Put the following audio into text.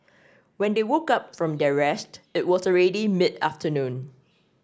when they woke up from their rest it was already mid afternoon